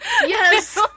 yes